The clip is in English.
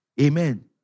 Amen